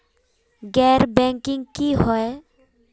गैर बैंकिंग की हुई है?